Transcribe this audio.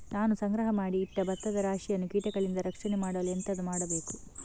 ನಾನು ಸಂಗ್ರಹ ಮಾಡಿ ಇಟ್ಟ ಭತ್ತದ ರಾಶಿಯನ್ನು ಕೀಟಗಳಿಂದ ರಕ್ಷಣೆ ಮಾಡಲು ಎಂತದು ಮಾಡಬೇಕು?